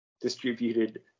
distributed